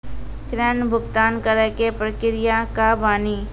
ऋण भुगतान करे के प्रक्रिया का बानी?